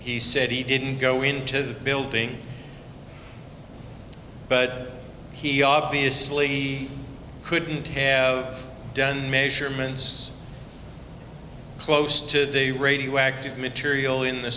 he said he didn't go into the building but he obviously couldn't have done measurements close to the radioactive material in the